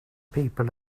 people